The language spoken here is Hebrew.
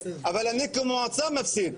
אבל אני כמועצה מפסיד,